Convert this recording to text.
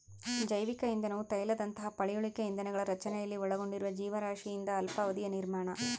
ಜೈವಿಕ ಇಂಧನವು ತೈಲದಂತಹ ಪಳೆಯುಳಿಕೆ ಇಂಧನಗಳ ರಚನೆಯಲ್ಲಿ ಒಳಗೊಂಡಿರುವ ಜೀವರಾಶಿಯಿಂದ ಅಲ್ಪಾವಧಿಯ ನಿರ್ಮಾಣ